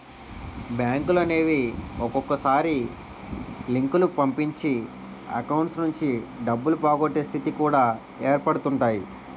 బ్యాంకులనేవి ఒక్కొక్కసారి లింకులు పంపించి అకౌంట్స్ నుంచి డబ్బులు పోగొట్టే స్థితి కూడా ఏర్పడుతుంటాయి